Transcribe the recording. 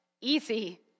easy